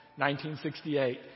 1968